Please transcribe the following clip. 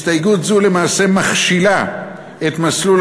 הסתייגות זו למעשה מכשילה את מסלול